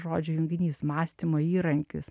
žodžių junginys mąstymo įrankis